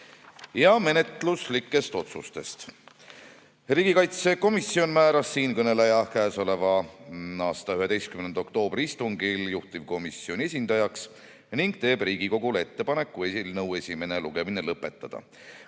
Menetluslikest otsustest. Riigikaitsekomisjon määras siinkõneleja k.a 11. oktoobri istungil juhtivkomisjoni esindajaks ning teeb Riigikogule ettepaneku eelnõu esimene lugemine lõpetada.